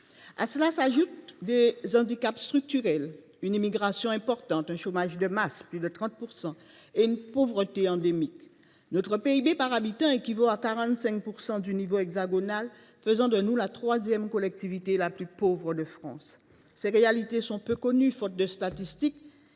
À cela s’ajoutent des handicaps structurels : une immigration importante, un chômage de masse – plus de 30 %–, une pauvreté endémique. Notre PIB par habitant, qui équivaut à 45 % du PIB par habitant hexagonal, fait de Saint Martin la troisième collectivité la plus pauvre de France ! Ces réalités sont peu connues, faute de statistiques